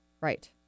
Right